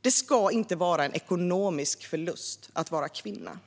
Det ska inte vara en ekonomisk förlust att vara kvinna.